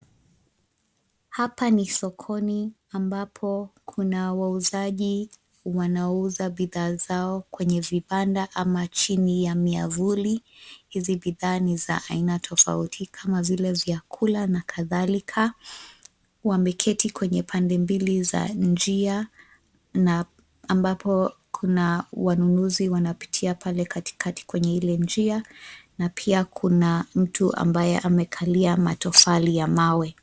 Hapa ni sokoni ambapo kuna wauzaji wanaouza bidhaa zao kwenye vibanda ama chini ya miavuli. Hizi bidhaa ni za aina tofauti kama vile vyakula na kadhalika. Wameketi kwenye pande mbili za njia na ambapo kuna wanunuzi wanapitia pale katikati kwenye ile njia, na pia kuna mtu ambaye amekalia matofali ya mawe.